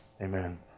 Amen